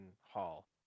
Hall